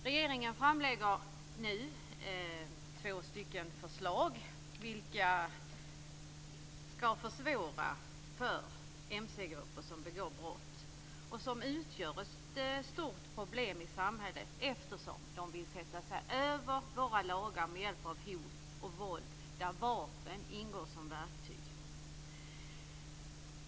Regeringen framlägger nu två förslag, vilka skall försvåra för mc-grupper som begår brott och som utgör ett stort problem i samhället eftersom de vill sätta sig över våra lagar med hjälp av hot och våld där vapen ingår som verktyg.